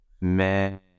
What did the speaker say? man